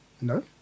No